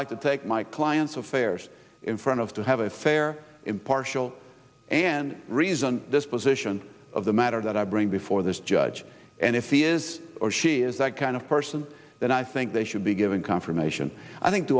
like to take my client's affairs in front of to have a fair impartial and reason this position of the matter that i bring before this judge and if he is or she is that kind of person then i think they should be given confirmation i think t